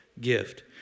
gift